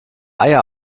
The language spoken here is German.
eier